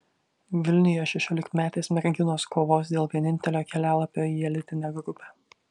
vilniuje šešiolikmetės merginos kovos dėl vienintelio kelialapio į elitinę grupę